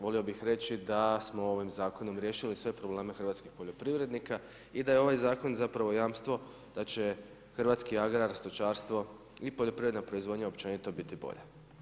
Volio bih reći da smo ovim zakonom riješili sve probleme hrvatskih poljoprivrednika i da je ovaj zakon zapravo jamstvo da će hrvatski agrar, stočarstvo i poljoprivredna proizvodnja općenito biti bolja.